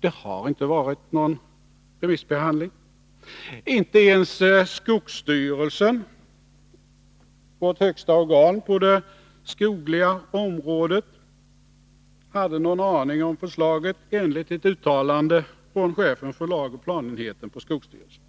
det har inte varit någon remissbehandling. Inte ens skogsstyrelsen — vårt högsta organ på det skogliga området — hade någon aning om förslaget, enligt ett uttalande från chefen för lagoch planenheten på skogsstyrelsen.